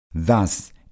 Thus